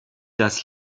das